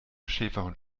schäferhund